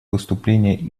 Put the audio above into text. выступление